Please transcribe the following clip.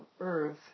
earth